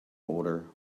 older